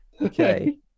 okay